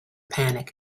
panic